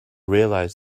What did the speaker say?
realize